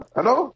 Hello